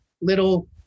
little